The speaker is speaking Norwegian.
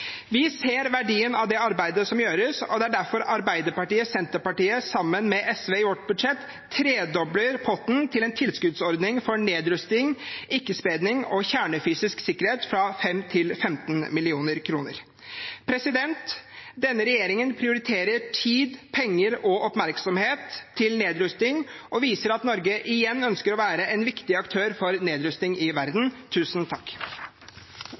Vi ser verdien av det arbeidet som gjøres, og det er derfor Arbeiderpartiet og Senterpartiet sammen med SV i vårt budsjett tredobler potten til en tilskuddsordning for nedrusting, ikke-spredning og kjernefysisk sikkerhet fra 5 mill. kr til 15 mill. kr. Denne regjeringen prioriterer tid, penger og oppmerksomhet til nedrusting og viser at Norge igjen ønsker å være en viktig aktør for nedrusting i verden.